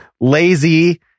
lazy